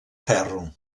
ferro